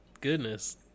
Goodness